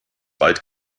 weit